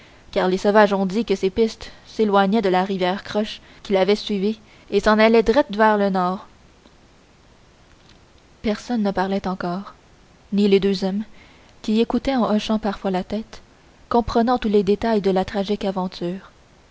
car les sauvages ont dit que ses pistes s'éloignaient de la rivière croche qu'il avait suivie et s'en allaient dret vers le nord personne ne parlait encore ni les deux hommes qui écoutaient en hochant parfois la tête comprenant tous les détails de la tragique aventure